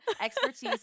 expertise